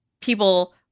people